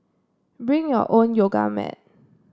bring your own yoga mat